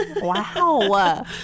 Wow